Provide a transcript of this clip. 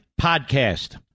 Podcast